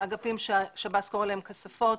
אגפים ששב"ס קורא להם "כספות",